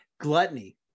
gluttony